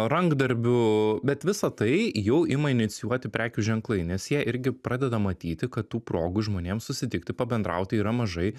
rankdarbių bet visa tai jau ima inicijuoti prekių ženklai nes jie irgi pradeda matyti kad tų progų žmonėms susitikti pabendrauti yra mažai